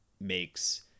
makes